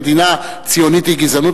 מדינה ציונית היא גזענות,